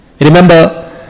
Remember